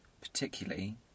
particularly